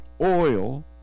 oil